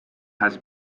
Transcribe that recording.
has